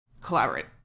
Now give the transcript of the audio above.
collaborate